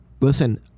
listen